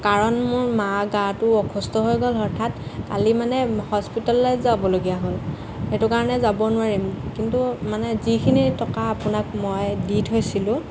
কাৰণ মোৰ মাৰ গাটো অসুস্থ হৈ গ'ল হঠাৎ কালি মানে হস্পিতাললৈ যাবলগীয়া হ'ল সেইটো কাৰণে যাব নোৱাৰিম কিন্তু মানে যিখিনি টকা আপোনাক মই দি থৈছিলোঁ